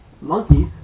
Monkeys